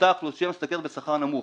לאותה אוכלוסייה המשתכרת שכר נמוך.